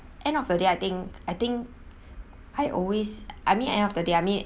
end of the day I think I think I always I mean end of the day I mean